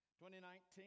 2019